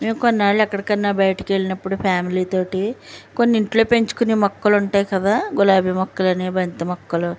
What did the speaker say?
మేము కొన్నాళ్ళు ఎక్కడికన్నా బయటికి వెళ్ళినప్పుడు ఫ్యామిలీ తోటి కొన్ని ఇంట్లో పెంచుకునే మొక్కలు ఉంటాయి కదా గులాబీ మొక్కలు అని బంతి మొక్కలు